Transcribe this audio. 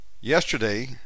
Yesterday